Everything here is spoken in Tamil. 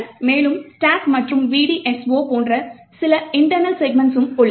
மேலும் ஸ்டாக் மற்றும் VDSO போன்ற சில இண்டர்னல் செக்மென்ட்ஸ்சும் உள்ளன